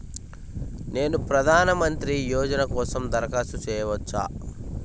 నేను ప్రధాన మంత్రి యోజన కోసం దరఖాస్తు చేయవచ్చా?